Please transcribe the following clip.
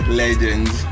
legends